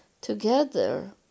together